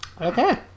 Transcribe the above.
Okay